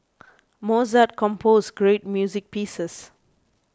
Mozart composed great music pieces